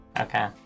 Okay